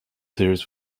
series